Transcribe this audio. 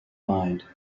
mind